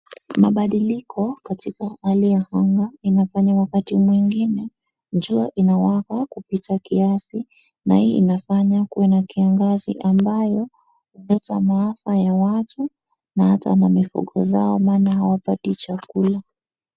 Mabadiliko katika hali ya kwanza inafanya wakati mwingine jua inawaka kupita kiasi na hii inafanya kuwa na kiangazi ambayo huleta maafa ya watu na hata na mifugo zao maana hawapati chakula.